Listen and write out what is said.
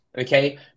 okay